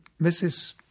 Mrs